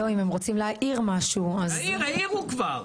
לא אם הם רוצים להעיר משהו --- העירו כבר.